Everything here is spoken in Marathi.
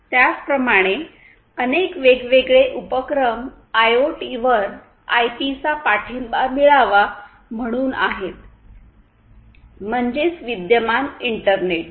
त्याचप्रमाणे अनेक वेगवेगळे उपक्रम आयओटीवर आयपी चा पाठिंबा मिळावा म्हणून आहेत म्हणजेच विद्यमान इंटरनेट